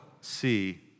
see